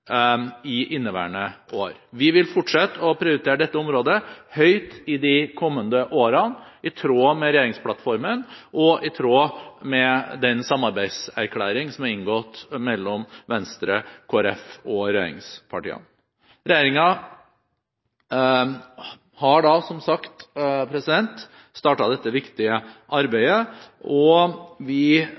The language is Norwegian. inneværende år. Vi vil fortsette å prioritere dette området høyt i de kommende årene, i tråd med regjeringsplattformen og i tråd med den samarbeidserklæring som er inngått mellom Venstre, Kristelig Folkeparti og regjeringspartiene. Regjeringen har, som sagt, startet dette viktige arbeidet. Vi